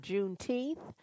Juneteenth